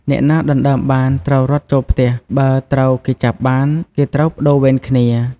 អ្នកណាដណ្តើមបាន ត្រូវរត់ចូលផ្ទះ បើត្រូវគេចាប់បាន គេត្រូវប្តូរវេនគ្នា ។